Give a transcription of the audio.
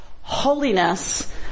holiness